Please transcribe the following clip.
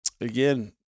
again